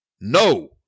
No